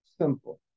simple